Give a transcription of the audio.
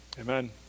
Amen